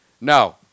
No